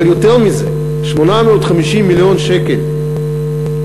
אבל יותר מזה, הממשלה קיבלה